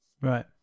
Right